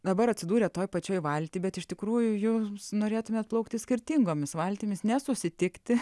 dabar atsidūrė toj pačioj valty bet iš tikrųjų jūs norėtumėt plaukti skirtingomis valtimis nesusitikti